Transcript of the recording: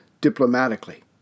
diplomatically